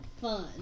fun